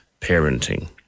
parenting